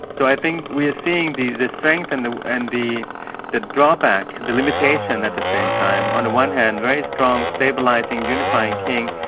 so i think we are seeing the the strength and the and the drawback, and the limitation at the same time, on the one hand very strong stabilising, unifying king,